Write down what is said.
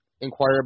inquire